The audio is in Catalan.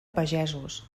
pagesos